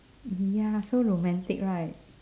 ya so romantic right